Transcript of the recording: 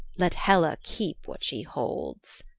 let hela keep what she holds.